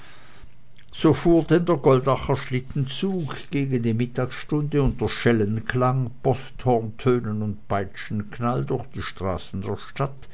so fuhr denn der goldacher schlittenzug gegen die mittagsstunde unter schellenklang posthorntönen und peitschenknall durch die straßen der stadt